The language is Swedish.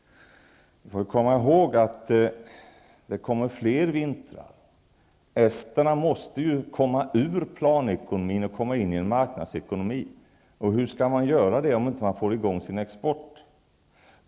Vi får komma ihåg att det kommer fler vintrar. Esterna måste komma ur planekonomin och komma in i marknadsekonomin. Hur skall man göra det om man inte får i gång sin export?